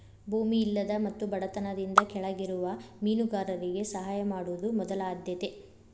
ಭೂಮಿ ಇಲ್ಲದ ಮತ್ತು ಬಡತನದಿಂದ ಕೆಳಗಿರುವ ಮೇನುಗಾರರಿಗೆ ಸಹಾಯ ಮಾಡುದ ಮೊದಲ ಆದ್ಯತೆ